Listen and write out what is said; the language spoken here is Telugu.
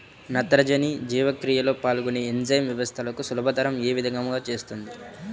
నత్రజని జీవక్రియలో పాల్గొనే ఎంజైమ్ వ్యవస్థలను సులభతరం ఏ విధముగా చేస్తుంది?